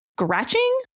scratching